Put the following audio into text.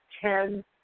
ten